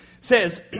says